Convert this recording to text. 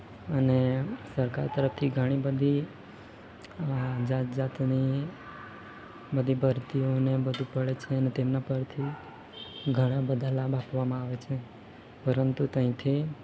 અને સરકાર તરફથી ઘણીબધી જાત જાતની બધી ભરતીઓને બધું પળે છેને તેમના પરથી ઘણાબધા લાભ આપવામાં આવે છે પરંતુ ત્યાંથી